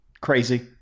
crazy